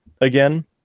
again